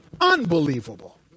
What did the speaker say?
Unbelievable